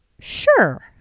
Sure